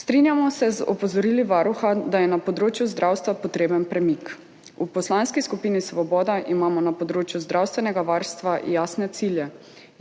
Strinjamo se z opozorili Varuha, da je na področju zdravstva potreben premik. V Poslanski skupini Svoboda imamo na področju zdravstvenega varstva jasne cilje